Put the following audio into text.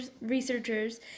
researchers